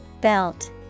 Belt